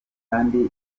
kandi